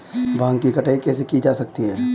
भांग की कटाई कैसे की जा सकती है?